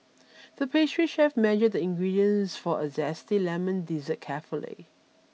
the pastry chef measured the ingredients for a Zesty Lemon Dessert carefully